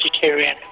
vegetarian